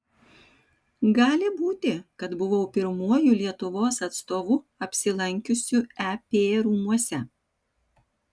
gali būti kad buvau pirmuoju lietuvos atstovu apsilankiusiu ep rūmuose